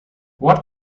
what